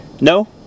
No